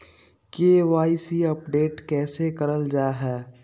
KYC update कैसे करल जाहै?